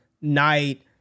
night